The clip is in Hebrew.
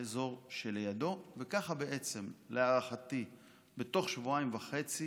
לאזור שלידו, וככה בעצם להערכתי בתוך שבועיים וחצי